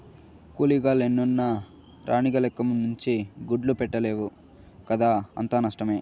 కూలీగ లెన్నున్న రాణిగ లెక్క మంచి గుడ్లు పెట్టలేవు కదా అంతా నష్టమే